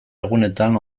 egunetan